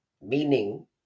meaning